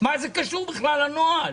מה זה קשור בכלל לנוהל?